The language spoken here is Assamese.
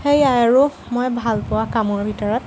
সেইয়াই আৰু মই ভাল পোৱা কামৰ ভিতৰত